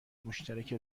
مشترک